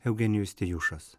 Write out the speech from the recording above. eugenijus tijušas